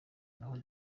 naho